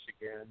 again